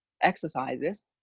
exercises